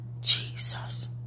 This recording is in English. Jesus